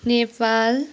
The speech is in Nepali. नेपाल